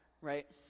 Right